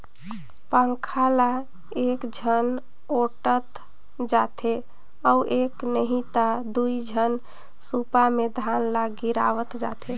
पंखा ल एकझन ओटंत जाथे अउ एक नही त दुई झन सूपा मे धान ल गिरावत जाथें